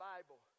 Bible